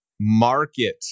market